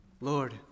Lord